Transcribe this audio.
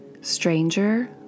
stranger